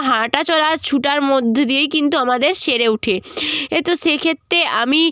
হাঁটা চলা ছোটার মধ্যে দিয়েই কিন্তু আমাদের সেরে উঠে এ তো সেক্ষেত্রে আমি